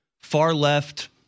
Far-left